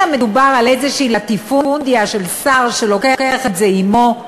אלא מדובר על איזו לטיפונדיה של שר שלוקח את זה עמו,